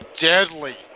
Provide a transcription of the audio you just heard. deadly